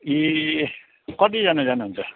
ए कतिजना जानु हुन्छ